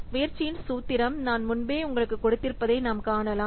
முயற்சியின் சூத்திரம் நான் முன்பே உங்களுக்கு கொடுத்திருப்பதை நாம் காணலாம்